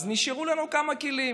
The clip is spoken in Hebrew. אז נשארו לנו כמה כלים.